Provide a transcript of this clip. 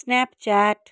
snapchat